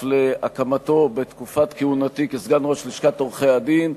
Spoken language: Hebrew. להקמתו בתקופת כהונתי כסגן ראש לשכת עורכי-הדין,